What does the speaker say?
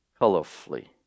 colorfully